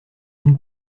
une